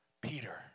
Peter